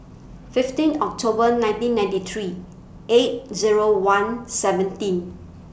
fifteen October nineteen ninety three eight Zero one seventeen